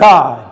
God